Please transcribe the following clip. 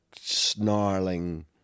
Snarling